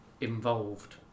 involved